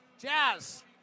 Jazz